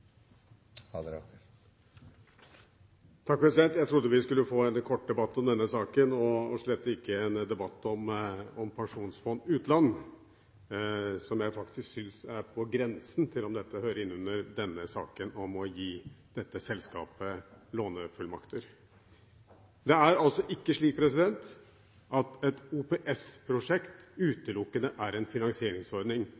Jeg trodde vi skulle få en kort debatt om denne saken – og slett ikke en debatt om Statens pensjonsfond utland. Jeg syns det er på grensen om dette hører inn under denne saken, om å gi dette selskapet lånefullmakter. Det er ikke slik at et